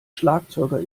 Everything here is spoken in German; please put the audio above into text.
schlagzeuger